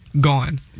gone